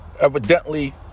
Evidently